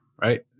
Right